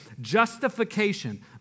justification